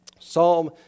Psalm